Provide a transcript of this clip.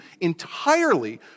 entirely